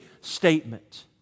statement